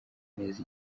neza